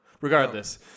Regardless